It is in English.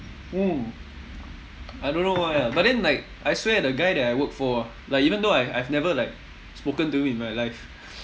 mm I don't know why ah but then like I swear the guy that I work for ah like even though I I've never like spoken to him in my life